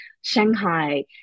Shanghai